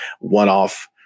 one-off